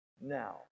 now